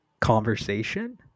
conversation